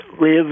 live